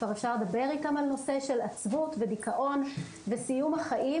כבר אפשר לדבר איתם על נושא של עצבות ודיכאון וסיום החיים